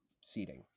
seating